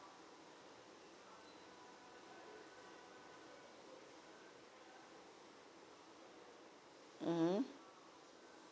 mmhmm